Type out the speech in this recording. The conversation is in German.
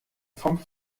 vom